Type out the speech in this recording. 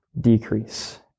decrease